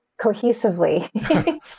cohesively